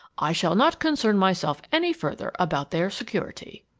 i shall not concern myself any further about their security.